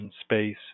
space